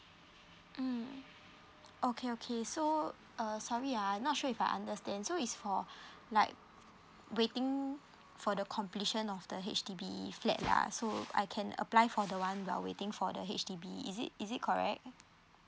mm okay okay so uh sorry ah I not sure if I understand so it's for like waiting for the completion of the H_D_B flat lah so I can apply for the one while waiting for the H_D_B is it is it correct